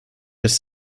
his